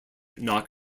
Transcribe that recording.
knock